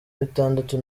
bitandatu